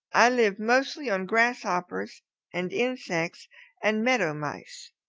i live mostly on grasshoppers and insects and meadow mice.